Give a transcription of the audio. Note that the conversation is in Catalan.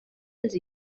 els